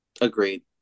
Agreed